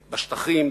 בשטחים,